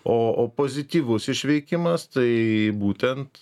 o o pozityvus išveikimas tai būtent